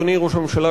אדוני ראש הממשלה,